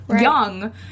young